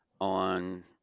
on